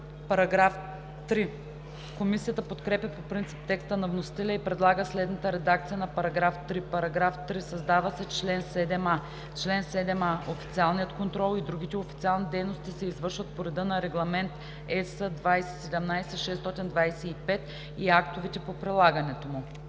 заличават. Комисията подкрепя по принцип текста на вносителя и предлага следната редакция на § 3: „§ 3. Създава се чл. 7а: „Чл. 7а. Официалният контрол и другите официални дейности се извършват по реда на Регламент (EС) 2017/625 и актовете по прилагането му.“